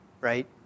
right